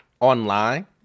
Online